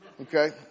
Okay